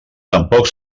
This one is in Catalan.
tampoc